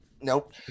nope